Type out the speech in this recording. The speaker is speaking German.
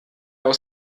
aus